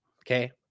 Okay